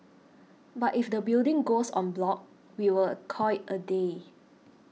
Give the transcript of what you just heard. but if the building goes en bloc we will call it a day